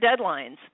deadlines